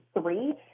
three